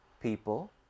people